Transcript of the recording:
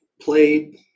played